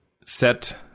set